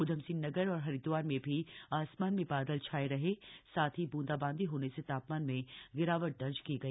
ऊधमसिंह नगर और हरिद्वार में भी आसमान में बादल छाए रहे साथ ही ब्रूंदाबांदी होने से तापमान में गिरावट दर्ज की गई